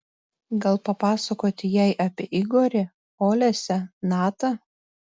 gal papasakoti jai apie igorį olesią natą